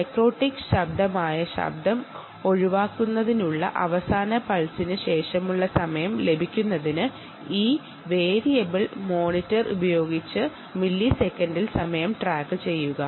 dicrotic ശബ്ദം ഒഴിവാക്കുന്നതിനുള്ള അവസാന പൾസിനു ശേഷമുള്ള സമയം ലഭിക്കുന്നതിന് ഈ വേരിയബിൾ മോണിറ്റർ ഉപയോഗിച്ച് മില്ലിസെക്കൻഡിൽ സമയം ട്രാക്കുചെയ്യുക